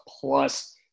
plus